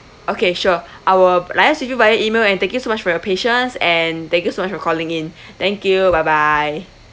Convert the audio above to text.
okay sure I will liaise with you via email and thank you so much for your patience and thank you so much for calling in thank you bye bye